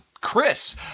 Chris